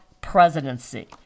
presidency